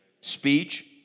speech